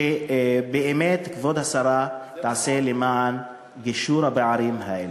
שבאמת כבוד השרה תעשה למען גישור הפערים האלה.